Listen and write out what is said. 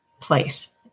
place